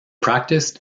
practiced